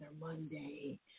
Monday